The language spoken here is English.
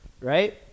Right